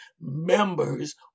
members